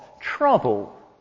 trouble